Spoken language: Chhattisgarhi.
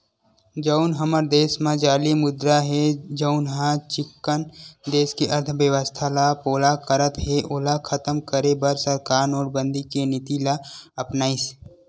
जउन हमर देस म जाली मुद्रा हे जउनहा चिक्कन देस के अर्थबेवस्था ल पोला करत हे ओला खतम करे बर सरकार नोटबंदी के नीति ल अपनाइस